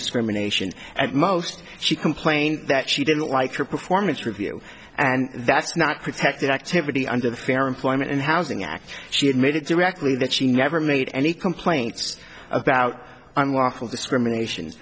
discrimination and most she complained that she didn't like her performance review and that's not protected activity under the fair employment and housing act she had made it directly that she never made any complaints about unlawful discrimination